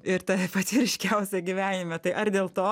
ir ta pačia ryškiausia gyvenime tai ar dėl to